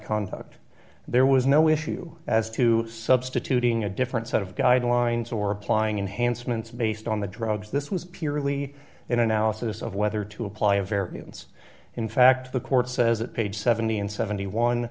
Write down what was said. conduct there was no issue as to substituting a different set of guidelines or applying enhancements based on the drugs this was purely an analysis of whether to apply a variance in fact the court says it page seventy dollars seventy one